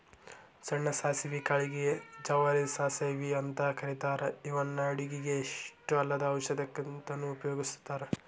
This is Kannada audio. ಸಣ್ಣ ಸಾಸವಿ ಕಾಳಿಗೆ ಗೆ ಜವಾರಿ ಸಾಸವಿ ಅಂತ ಕರೇತಾರ ಇವನ್ನ ಅಡುಗಿಗೆ ಅಷ್ಟ ಅಲ್ಲದ ಔಷಧಕ್ಕಂತನು ಉಪಯೋಗಸ್ತಾರ